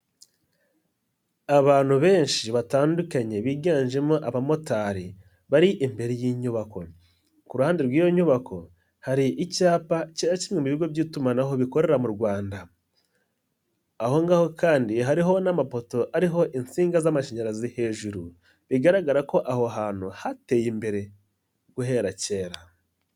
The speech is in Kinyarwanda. Abantu benshi batandukanye biganjemo abamotari bari imbere y'inyubako, ku ruhande rw'iyo nyubako hari icyapa cya kimwe mu bigo by'itumanaho bikorera mu Rwanda, aho ngaho kandi hariho n'amapoto ariho insinga z'amashanyarazi hejuru bigaragara ko aho hantu hateye imbere guhera kera.